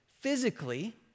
physically